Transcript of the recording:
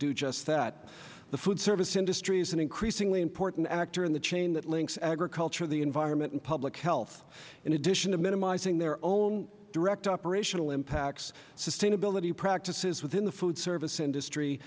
do just that the food service industry is an increasingly important actor in the chain that links agriculture the environment and public health in addition to minimizing their own direct operational impacts sustainability practices within the food service industry